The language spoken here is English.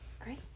Great